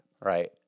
Right